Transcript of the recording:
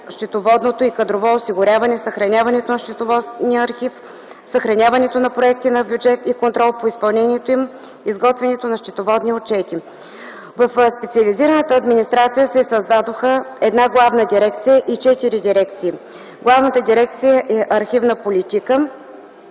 финансово-счетоводното и кадрово осигуряване, съхраняването на счетоводния архив, съхраняването на проекти на бюджет и контрол по изпълнението им, изготвянето на счетоводни отчети. В Специализираната администрация се създадоха една главна дирекция и четири дирекции. Главната дирекция е „Архивна политика”.